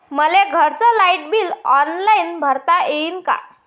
मले घरचं light bill online भरता येईन का?